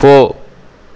போ